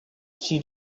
she